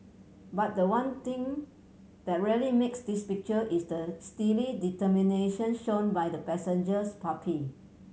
but the one thing that really makes this picture is the steely determination shown by the passengers puppy